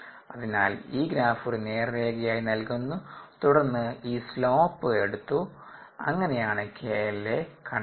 അതിനാൽ ഈ ഗ്രാഫ് ഒരു നേർരേഖയായി നില്ക്കുന്നു തുടർന്ന് ഈ സ്ലോപ് എടുത്തു അങ്ങനെയാണ് kLa കണ്ടെത്തുന്നത്